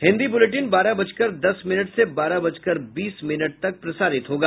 Hindi bulletin बारह बजकर दस मिनट से बारह बजकर बीस मिनट तक प्रसारित होगा